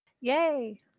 Yay